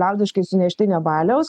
liaudiškai suneštinio baliaus